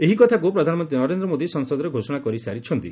ଏହି କଥାକୁ ପ୍ରଧାନମନ୍ତୀ ନରେନ୍ଦ ମୋଦି ସଂସଦରେ ଘୋଷଣା କରିସାରିଛନ୍ତି